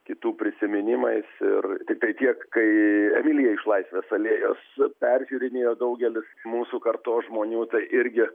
kitų prisiminimais ir tik tai tiek kai emilija iš laisvės alėjos peržiūrinėjo daugelis mūsų kartos žmonių tai irgi